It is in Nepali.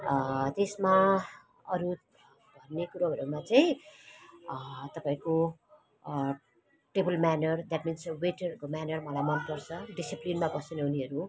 त्यसमा अरू भन्ने कुराहरूमा चाहिँ तपाईँको टेबल म्यानर द्याटमिन्स वेटरहरूको म्यानर मलाई मनपर्छ डिसिप्लिनमा बस्छन् उनीहरू